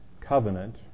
covenant